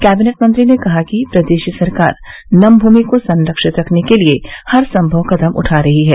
cabinet मंत्री ने कहा कि प्रदेश सरकार नमभूमि को संरक्षित रखने के लिए हरसंभव कदम उठा रही है